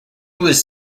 was